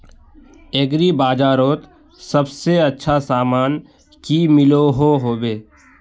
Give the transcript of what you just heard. Agri बजारोत सबसे अच्छा सामान की मिलोहो होबे?